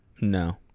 No